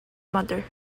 mother